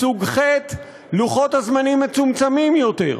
מסוג חטא, לוחות הזמנים מצומצמים יותר,